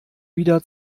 wieder